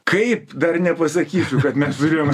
kaip dar nepasakysiu kad mes turėjom